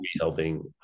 helping